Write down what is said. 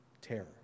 terror